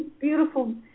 beautiful